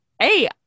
hey